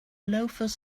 loafers